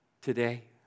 Today